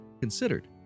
considered